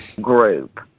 group